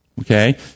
Okay